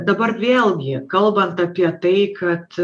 dabar vėlgi kalbant apie tai kad